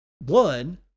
one